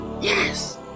Yes